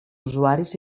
usuaris